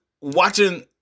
watching